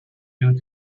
due